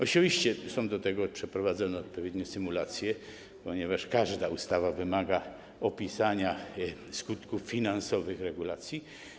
Oczywiście są co do tego przeprowadzone odpowiednie symulacje, ponieważ każda ustawa wymaga opisania skutków finansowych regulacji.